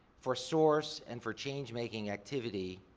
for source and for change-making activity,